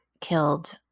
killed